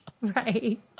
Right